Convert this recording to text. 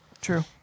True